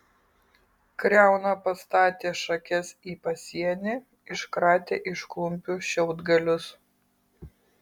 kriauna pastatė šakes į pasienį iškratė iš klumpių šiaudgalius